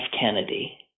Kennedy